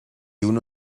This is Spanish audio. uno